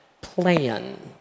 plan